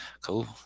cool